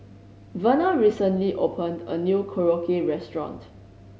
Verna recently opened a new Korokke Restaurant